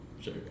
sure